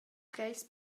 treis